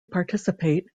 participate